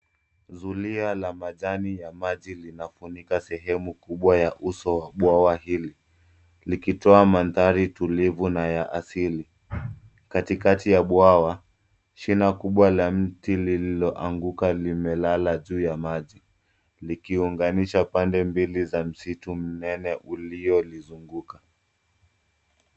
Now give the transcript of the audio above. Zulia la majani ya maji linafunika sehemu kubwa ya uso wa bwawa hili, likitoa mandhari tulivu na ya asili. Katikati ya bwawa, shina kubwa la miti lililoanguka limelala juu ya maji, likiunganisha pande mbili za msitu mnene uliolizunguka.